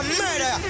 murder